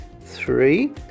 Three